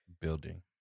building